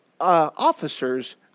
officers